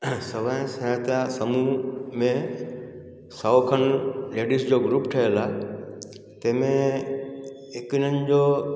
समय सहायता समूह में सौ खनि लेडिस जो ग्रुप ठहियलु आहे तंहिंमें हिकु हिननि जो